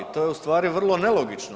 To je ustvari vrlo nelogično.